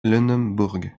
lunebourg